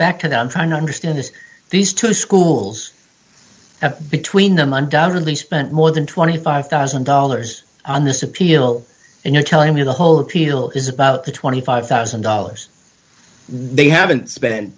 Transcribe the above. town trying to understand this these two schools have between them undoubtedly spent more than twenty five thousand dollars on this appeal and you're telling me the whole appeal is about twenty five thousand dollars they haven't spent